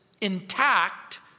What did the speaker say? intact